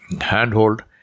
handhold